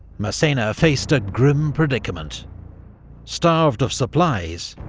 massena faced a grim predicament starved of supplies,